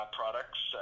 products